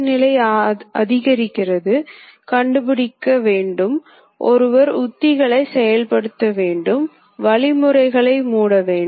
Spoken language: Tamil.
மேசைக்கு X மற்றும் Y டிரைவ்கள் அந்த உள்ளடக்கத்தைப் பெற மிகவும் ஒருங்கிணைக்கப்பட வேண்டும்